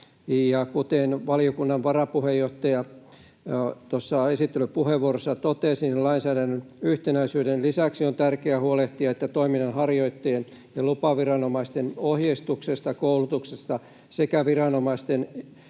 kuten valiokunnan varapuheenjohtaja tuossa esittelypuheenvuorossaan totesi, lainsäädännön yhtenäisyyden lisäksi on tärkeää huolehtia, että toiminnanharjoittajien ja lupaviranomaisten ohjeistuksesta, koulutuksesta sekä viranomaisten